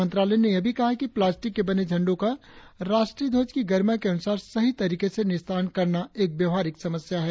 मंत्रालय ने यह भी कहा है कि प्लास्टिक के बने झंडों का राष्ट्रीय ध्वज की गरिमा के अनुसार सही तरीके से निस्तारण करना एक व्यावहारिक समस्या है